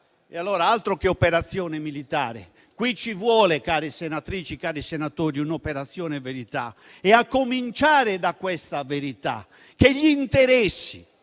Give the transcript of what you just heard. altro che operazione militare; qui ci vuole, care senatrici e cari senatori, un'operazione verità, a cominciare dalla verità per cui gli interessi